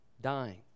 dying